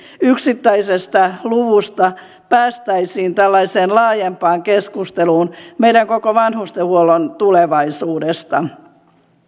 yksittäisestä luvusta päästäisiin laajempaan keskusteluun meidän koko vanhustenhuollon tulevaisuudesta